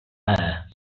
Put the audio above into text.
her